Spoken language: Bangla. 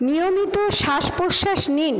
নিয়মিত শ্বাস প্রশ্বাস নিন